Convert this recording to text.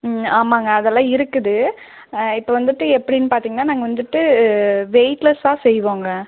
ம் ஆமாங்க அதெலாம் இருக்குது இப்போ வந்துட்டு எப்படின் பார்த்தீங்கனா நாங்கள் வந்துட்டு வெயிட்லெஸ்ஸாக செய்வோங்க